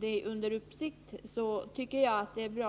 detta under uppsikt.